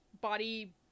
body